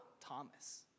Thomas